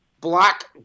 black